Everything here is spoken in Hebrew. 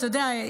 אתה יודע,